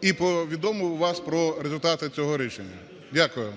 і повідомлю вас про результати цього рішення. Дякую